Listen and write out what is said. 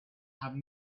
have